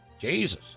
Jesus